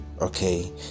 okay